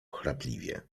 chrapliwie